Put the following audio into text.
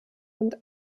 und